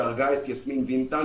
שהרגה את יסמין וינטה,